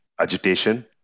agitation